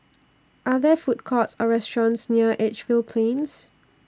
Are There Food Courts Or restaurants near Edgefield Plains